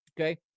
Okay